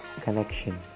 connection